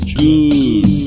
good